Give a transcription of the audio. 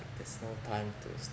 there's no time to stop